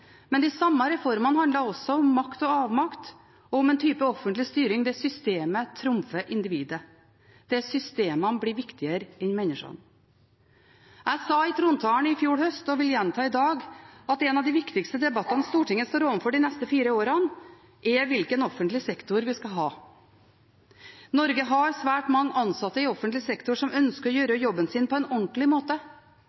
Men de samme reformene handlet også om makt og avmakt og om en type offentlig styring der systemet trumfer individet, der systemene blir viktigere enn menneskene. Jeg sa i trontaledebatten i fjor høst, og vil gjenta i dag, at en av de viktigste debattene Stortinget står overfor de neste fire årene, er hvilken offentlig sektor vi skal ha. Norge har svært mange ansatte i offentlig sektor som ønsker å gjøre